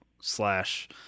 slash